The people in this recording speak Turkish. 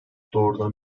doğrudan